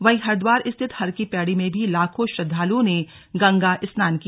वहीं हरिद्रवार स्थित हरकी पैड़ी में भी लाखो श्रद्दालुओं ने गंगा स्नान किया